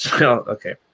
Okay